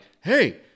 hey